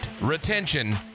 retention